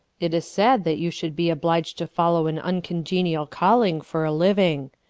it is sad that you should be obliged to follow an uncongenial calling for a living.